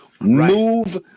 Move